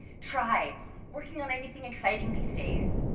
try working on anything exciting these days?